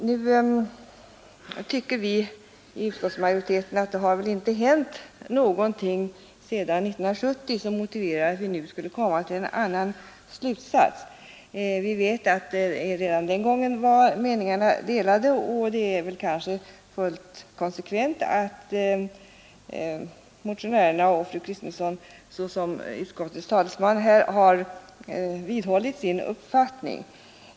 Vi tycker inom utskottsmajoriteten att det inte har hänt något sedan 1970 som motiverar att vi nu skulle komma till en annan slutsats. Vi vet att meningarna redan den gången var delade, och det är fullt konsekvent att motionärerna och fru Kristensson som utskottets talesman nu vidhållit sin uppfattning.